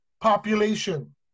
population